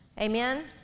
Amen